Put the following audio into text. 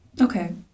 Okay